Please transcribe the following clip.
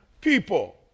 people